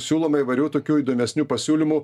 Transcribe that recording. siūlome įvairių tokių įdomesnių pasiūlymų